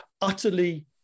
utterly